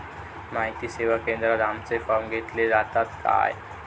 माहिती सेवा केंद्रात आमचे फॉर्म घेतले जातात काय?